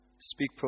Speak